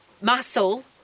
muscle